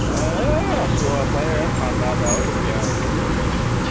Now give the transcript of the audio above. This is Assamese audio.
এই আছোঁ আৰু ঠাণ্ডাত আৰু এতিয়া আৰু